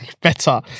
Better